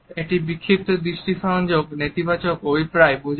এটি একটি বিক্ষিপ্ত দৃষ্টি সংযোগ নেতিবাচক অভিপ্রায় বোঝায়